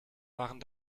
waren